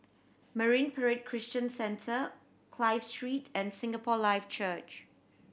Marine Parade Christian Centre Clive Street and Singapore Life Church